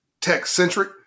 tech-centric